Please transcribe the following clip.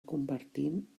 convertint